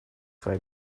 свои